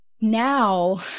now